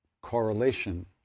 correlation